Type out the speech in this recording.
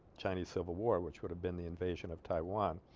chinese civil war which would have been the invasion of taiwan